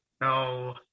No